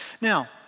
Now